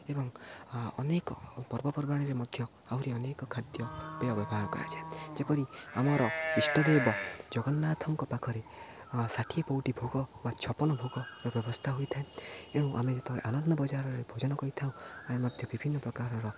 ଏବଂ ଅନେକ ପର୍ବପର୍ବାଣରେ ମଧ୍ୟ ଆହୁରି ଅନେକ ଖାଦ୍ୟପେୟ ବ୍ୟବହାର କରାଯାଏ ଯେପରି ଆମର ଇଷ୍ଟଦେବ ଜଗନ୍ନାଥଙ୍କ ପାଖରେ ଷାଠିଏ ପଉଟି ଭୋଗ ବା ଛପନ ଭୋଗର ବ୍ୟବସ୍ଥା ହୋଇଥାଏ ଏବଂ ଆମେ ଯେତେବେଳେ ଆନନ୍ଦ ବଜାରରେ ଭୋଜନ କରିଥାଉ ଆମେ ମଧ୍ୟ ବିଭିନ୍ନ ପ୍ରକାରର